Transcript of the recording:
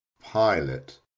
Pilot